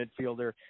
midfielder